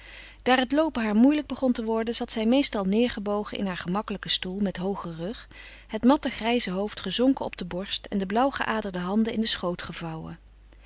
daar het loopen haar moeilijk begon te worden zat zij meestal neêrgebogen in haar gemakkelijken stoel met hoogen rug het matte grijze hoofd gezonken op de borst en de blauwgeaderde handen in de schoot gevouwen